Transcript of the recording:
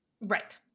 Right